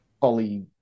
fully